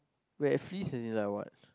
we have freeze is in like